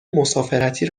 مسافرتی